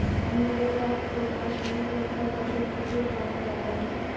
Muriate of potash में कौन सा पोषक तत्व पाया जाता है?